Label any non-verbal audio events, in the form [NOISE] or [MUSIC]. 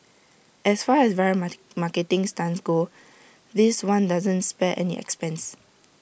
as far as viral [UNINTELLIGIBLE] marketing stunts go this one doesn't spare any expense